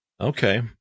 Okay